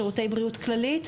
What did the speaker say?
שרותי בריאות כללית,